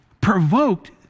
provoked